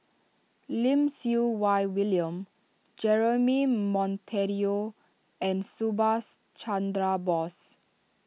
Lim Siew Wai William Jeremy Monteiro and Subhas Chandra Bose